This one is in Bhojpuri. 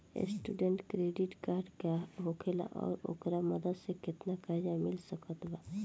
स्टूडेंट क्रेडिट कार्ड का होखेला और ओकरा मदद से केतना कर्जा मिल सकत बा?